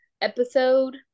episode